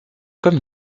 comme